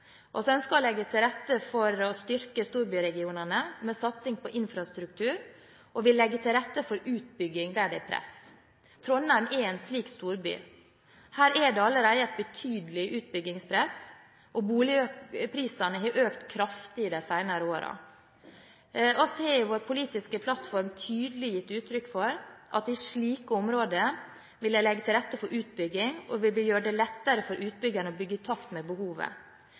ønsker å legge til rette for å styrke storbyregionene med satsing på infrastruktur, og vi vil legge til rette for utbygging der det er press. Trondheim er en slik storby. Her er det allerede et betydelig utbyggingspress. Boligprisene har økt kraftig de senere årene. Vi har i vår politiske plattform tydelig gitt uttrykk for at vi i slike områder vil legge til rette for utbygging, og vi vil gjøre det lettere for utbyggerne å bygge i takt med behovet.